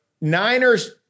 Niners